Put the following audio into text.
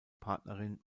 partnerin